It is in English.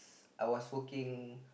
I was working